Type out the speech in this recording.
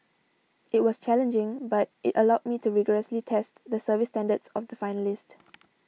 it was challenging but it allowed me to rigorously test the service standards of the finalist